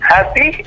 Happy